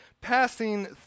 passing